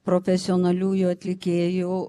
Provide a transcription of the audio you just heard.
profesionaliųjų atlikėjų